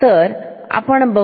तर आपण बघू